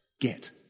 get